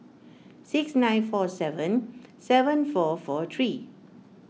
six nine four seven seven four four three